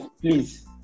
please